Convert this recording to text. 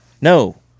no